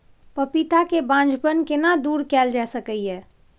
पपीता के बांझपन केना दूर कैल जा सकै ये?